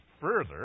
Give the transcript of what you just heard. further